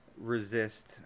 resist